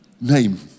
Name